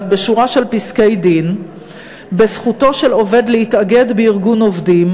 בשורה של פסקי-דין בזכותו של עובד להתאגד בארגון עובדים